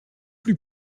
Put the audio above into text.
plus